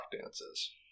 dances